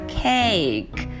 cake